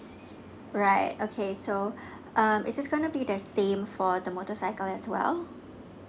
alright okay so um is it gonna be the same for the motorcycle as well um